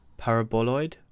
Paraboloid